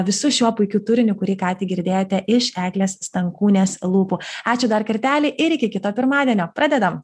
visu šiuo puikiu turiniu kurį ką tik girdėjote iš eglės stankūnės lūpų ačiū dar kartelį ir iki kito pirmadienio pradedam